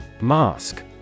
Mask